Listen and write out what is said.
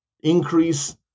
increase